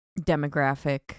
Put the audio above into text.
demographic